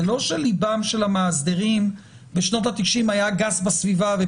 זה לא שלבם של המאסדרים בשנות ה-90 היה גס בסביבה.